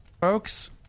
folks